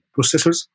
processors